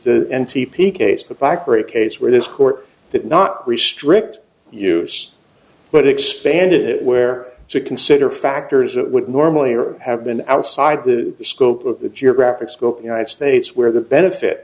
blackberry case where this court that not restrict use but expanded it where to consider factors that would normally or have been outside the scope of the geographic scope united states where the benefit